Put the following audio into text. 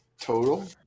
Total